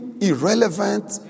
irrelevant